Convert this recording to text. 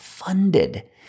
funded